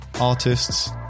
artists